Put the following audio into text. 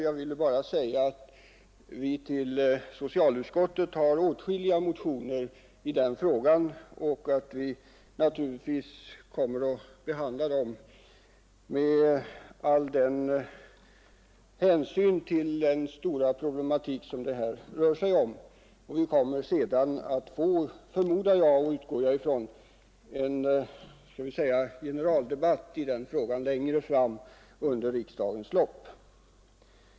Jag vill bara säga att vi till socialutskottet har fått åtskilliga motioner i den frågan och att vi naturligtvis kommer att behandla dem med all hänsyn till den omfattande problematik som det här rör sig om. Jag utgår ifrån att vi kommer att få en generaldebatt i den frågan längre fram under riksdagen.